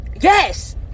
yes